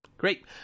Great